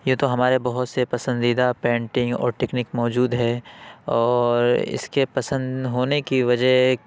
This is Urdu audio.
یہ تو ہمارے بہت سے پسندیدہ پینٹنگ اور ٹیکنک موجود ہے اور اس کے پسند ہونے کی وجہ ایک